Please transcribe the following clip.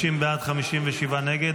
50 בעד, 57 נגד.